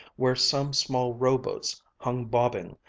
where some small rowboats hung bobbing,